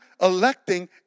electing